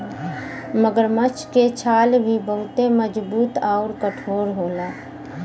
मगरमच्छ के छाल भी बहुते मजबूत आउर कठोर होला